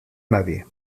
nadie